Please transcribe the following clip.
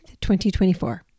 2024